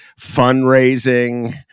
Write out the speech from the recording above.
fundraising